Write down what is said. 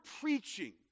preaching